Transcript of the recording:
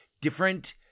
different